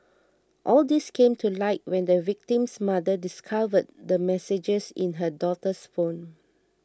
all these came to light when the victim's mother discovered the messages in her daughter's phone